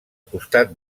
costat